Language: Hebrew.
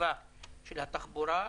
הנציבה של התחבורה,